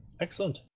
Excellent